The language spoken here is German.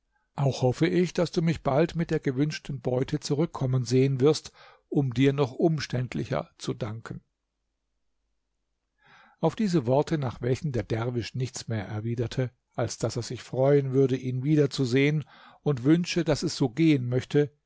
auch hoffe ich daß du mich bald mit der gewünschten beute zurückkommen sehen wirst um dir noch umständlicher zu danken auf diese worte nach welchen der derwisch nichts mehr erwiderte als daß er sich freuen würde ihn wieder zu sehen und wünsche daß es so gehen möchte